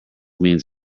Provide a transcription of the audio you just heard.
means